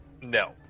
No